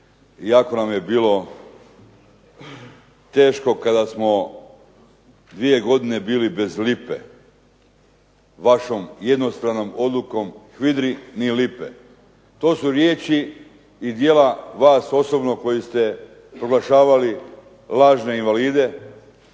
jako nam je bilo teško kada smo dvije godine bili bez lipe vašom jednostranom odlukom HVIDRA-i ni lipe. To su riječi i djela vas osobno koji ste proglašavali lažne invalide,